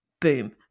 boom